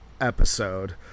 episode